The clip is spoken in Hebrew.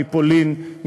מפולין,